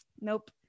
nope